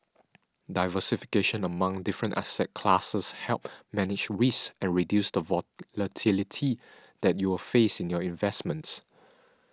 diversification among different asset classes helps manage risk and reduce the volatility that you will face in your investments